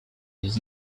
his